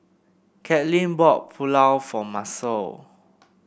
Katelin bought Pulao for Macel